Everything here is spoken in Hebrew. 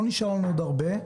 לא נשאר לנו עוד הרבה,